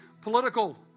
political